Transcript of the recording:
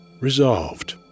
Resolved